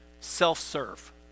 Self-serve